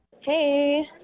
Hey